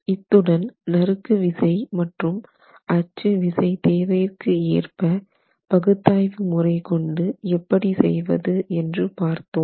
இத்துடன் நறுக்கு விசை மற்றும் அச்சுவிசை தேவைக்கு ஏற்ப பகுத்தாய்வு முறை கொண்டு எப்படி செய்வது என்று பார்த்தோம்